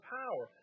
power